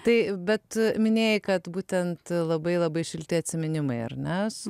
tai bet minėjai kad būtent labai labai šilti atsiminimai ar ne